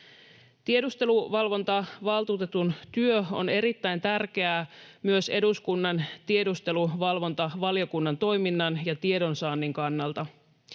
Tiedusteluvalvontavaltuutetun työ on erittäin tärkeää myös eduskunnan tiedusteluvalvontavaliokunnan toiminnan ja tiedonsaannin kannalta.